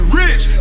rich